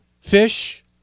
Fish